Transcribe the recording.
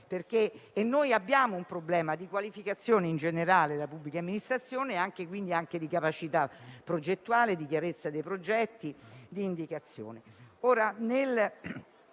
Noi abbiamo un problema di qualificazione, in generale, della pubblica amministrazione e anche di capacità progettuale, di chiarezza dei progetti e di indicazione.